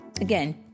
Again